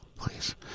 please